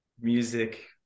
music